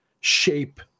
shape